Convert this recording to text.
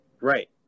Right